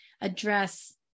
address